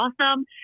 awesome